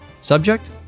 Subject